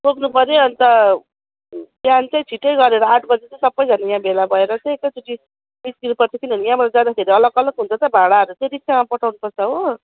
बोक्नु पर्यो अन्त बिहान चाहिँ छिटो गरेर आठ बजी चाहिँ सबजना यहाँ भेला भएर चाहिँ एक चोटि निस्कनु पर्छ किनभने यहाँबाट जाँदाखेरि अलग अलग हुन्छ त भाँडाहरू चाहिँ रिक्सामा पठाउनु पर्छ हो